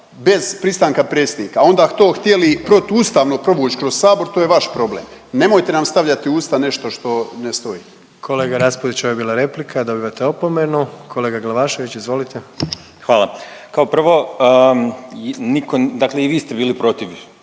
bez pristanka predsjednika, a onda to htjeli protuustavno provući kroz sabor to je vaš problem. Nemojte nam stavljati u usta nešto što ne stoji. **Jandroković, Gordan (HDZ)** Kolega Raspudić ovo je bila replika, dobivate opomenu. Kolega Glavašević, izvolite. **Glavašević, Bojan